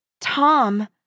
Tom